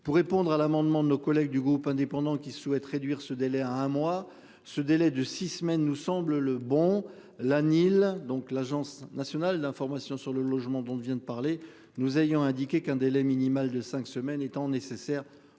pour répondre à l'amendement de nos collègues du groupe indépendant qui souhaite réduire ce délai à un mois ce délai de six semaines nous semble le bon l'Anil donc l'Agence nationale d'information sur le logement dont vient de parler, nous ayant indiqué qu'un délai minimal de 5 semaines étant nécessaire pour